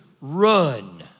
run